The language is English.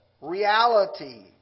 Reality